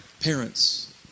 Parents